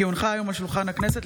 כי הונחה היום על שולחן הכנסת,